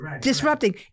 disrupting